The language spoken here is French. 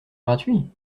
gratuit